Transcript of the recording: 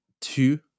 two